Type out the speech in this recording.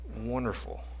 wonderful